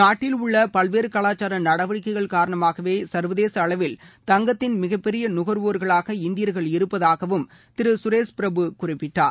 நாட்டில் உள்ள பல்வேறு கலாச்சார நடவடிக்கைகள் காரணமாக சா்வதேச அளவில் தங்கத்தின் மிகப்பெரிய நுகர்வோர்களாக இந்தியர்கள் இருப்பதாகவும் திரு சுரேஷ்பிரபு குறிப்பிட்டார்